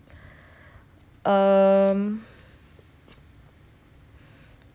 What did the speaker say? um